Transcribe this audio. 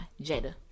Jada